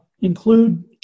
include